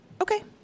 Okay